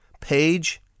page